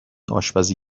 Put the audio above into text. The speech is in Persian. آشپزی